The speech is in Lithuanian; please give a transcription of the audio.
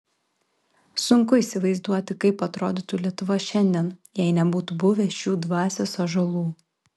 sunku įsivaizduoti kaip atrodytų lietuva šiandien jei nebūtų buvę šių dvasios ąžuolų